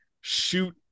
shoot